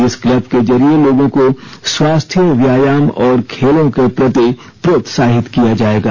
इस क्लब के जरिए लोगों को स्वास्थ्य व्यायाम और खेलों के प्रति प्रोत्साहित किया जाएगा